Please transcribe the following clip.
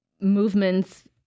movements